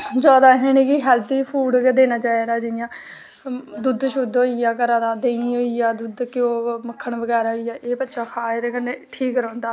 जादै इनेंगी healthy food गै देना चाहिदा जियां दुद्ध होइया देहीं होइया घरा दा दुद्ध घ्यो मक्खन बगैरा खाए बच्चा एह्दे कन्नै ठीक रौहंदा